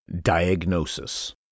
Diagnosis